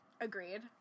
Agreed